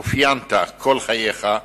התאפיינת כל חייך,